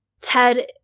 ted